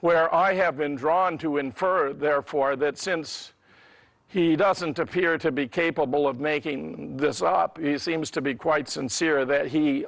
where i have been drawn to infer therefore that since he doesn't appear to be capable of making this up is seems to be quite sincere that he